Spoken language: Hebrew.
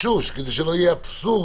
שוב, כדי שלא יהיה אבסורד,